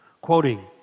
quoting